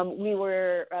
um we were